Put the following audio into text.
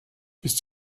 bist